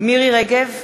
מירי רגב,